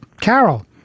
Carol